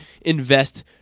invest